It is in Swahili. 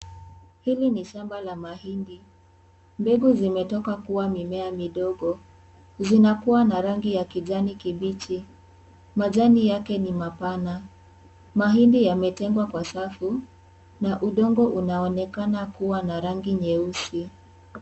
Hili ni shamba la mahindi, mbegu zimetoka kuwa mimea mindogo, zinakuwa na rangi ya kijani kibichi, majani yake ni mapana. Mahindi yametengwa wa safu na udongo unaonekana kuwa na rangi nyeusi.